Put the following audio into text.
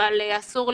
בסופו של